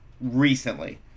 recently